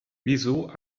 wieso